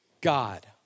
God